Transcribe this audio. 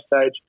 stage